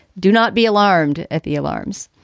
do not be alarmed at the alarms.